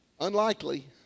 Unlikely